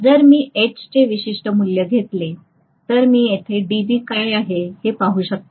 जर मी H चे विशिष्ट मूल्य घेतले तर मी येथे dB काय आहे ते पाहू शकते